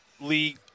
Lee